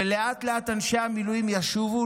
ולאט-לאט אנשי המילואים ישובו.